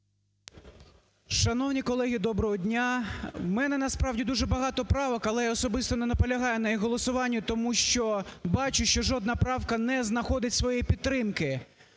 Шановні колеги, доброго дня! В мене насправді дуже багато правок, але я особисто не наполягаю на їх голосуванні, тому що бачу, що жодна правка не знаходить своєї підтримки.